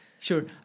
Sure